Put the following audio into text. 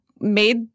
made